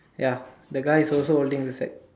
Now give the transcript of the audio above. ya the guy is also holding the stack